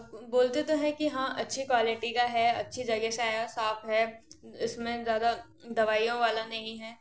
बोलते तो हैं की हाँ अच्छी क्वालिटी का है अच्छी जगह से आया साफ है उसमें ज़्यादा दवाइयों वाला नहीं है